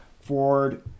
Ford